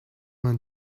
vingt